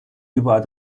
über